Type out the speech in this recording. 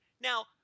Now